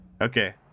Okay